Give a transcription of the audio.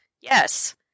Yes